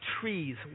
trees